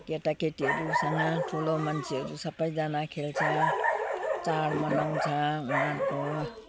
केटाकेटीहरूसँग ठुलो मन्छेहरू सबैजना खेल्छ चाड मनाउँछ